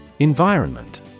Environment